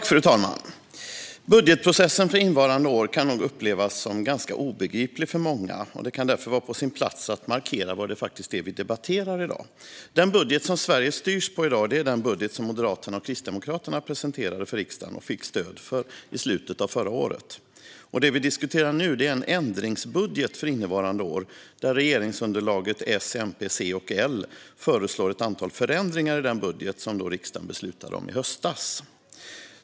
Fru talman! Budgetprocessen för innevarande år kan nog upplevas som ganska obegriplig för många. Det kan därför vara på sin plats att markera vad det är vi debatterar i dag. Den budget som Sverige styrs på i dag är den budget som Moderaterna och Kristdemokraterna presenterade för riksdagen och fick stöd för i slutet av förra året. Det som vi diskuterar nu är en ändringsbudget för innevarande år, där regeringsunderlaget S, MP, C och L föreslår ett antal förändringar i den budget som riksdagen beslutade om i höstas.